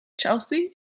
Chelsea